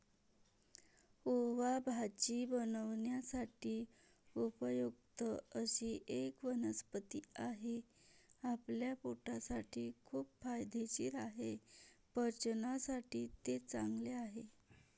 ओवा भाजी बनवण्यासाठी उपयुक्त अशी एक वनस्पती आहे, आपल्या पोटासाठी खूप फायदेशीर आहे, पचनासाठी ते चांगले आहे